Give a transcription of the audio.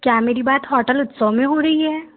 क्या मेरी बात होटल उत्सव में हो रही है